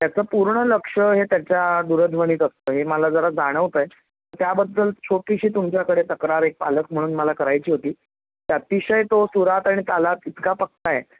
त्याचं पूर्ण लक्ष हे त्याच्या दूरध्वनीत असतं हे मला जरा जाणवतं आहे त्याबद्दल छोटीशी तुमच्याकडे तक्रार एक पालक म्हणून मला करायची होती की अतिशय तो सुरात आणि तालात इतका पक्का आहे